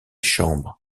chambres